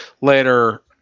later